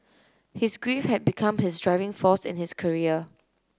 his grief had become his driving force in his career